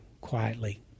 quietly